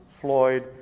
Floyd